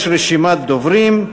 יש רשימת דוברים.